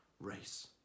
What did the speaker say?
race